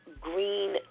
green